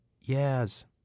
yes